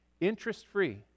interest-free